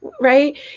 right